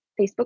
Facebook